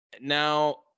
Now